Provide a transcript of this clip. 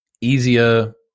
easier